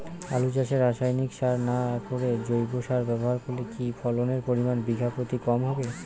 আলু চাষে রাসায়নিক সার না করে জৈব সার ব্যবহার করলে কি ফলনের পরিমান বিঘা প্রতি কম হবে?